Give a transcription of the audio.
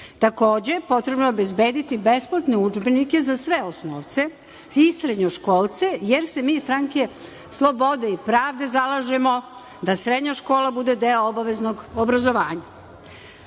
Srbije. Takođe, potrebno je obezbediti besplatne udžbenike za sve osnovce i srednjoškolce, jer se mi iz Stranke slobode i pravde zalažemo da srednja škola bude deo obaveznog obrazovanja. Kažete